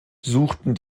suchten